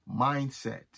Mindset